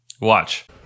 Watch